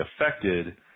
affected